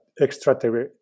extra